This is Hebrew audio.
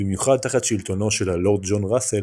במיוחד תחת שלטונו של הלורד ג'ון ראסל,